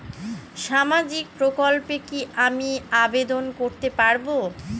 সামাজিক প্রকল্পে কি আমি আবেদন করতে পারবো?